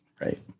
Right